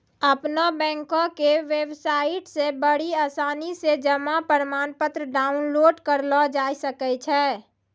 अपनो बैंको के बेबसाइटो से बड़ी आसानी से जमा प्रमाणपत्र डाउनलोड करलो जाय सकै छै